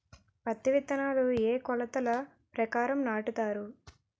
పత్తి విత్తనాలు ఏ ఏ కొలతల ప్రకారం నాటుతారు?